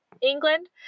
england